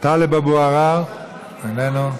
טלב אבו עראר, איננו,